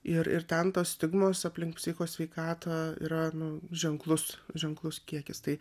ir ten tos stigmos aplink psicho sveikatą yra nu ženklus ženklus kiekis tai